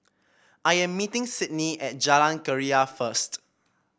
I am meeting Sidney at Jalan Keria first